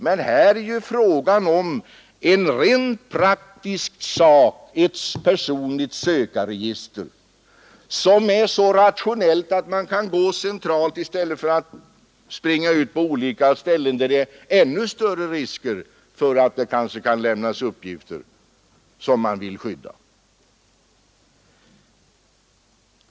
Men här är det ju fråga om en rent praktisk sak, ett personligt sökarregister som är så rationellt att man kan gå centralt i stället för att springa ut på olika platser där det är ännu större risker för att det kanske kan lämnas uppgifter som man vill skydda.